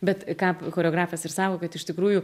bet ką choreografas ir sako kad iš tikrųjų